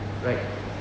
right